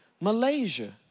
Malaysia